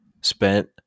spent